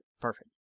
perfect